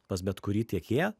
pas bet kurį tiekėją